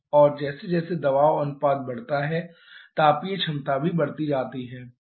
और जैसे जैसे दबाव अनुपात बढ़ता है तापीय क्षमता भी बढ़ती जाती है